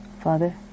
Father